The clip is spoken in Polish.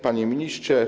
Panie Ministrze!